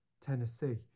tennessee